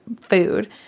food